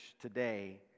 today